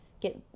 get